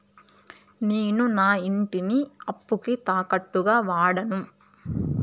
నేను నా ఇంటిని అప్పుకి తాకట్టుగా వాడాను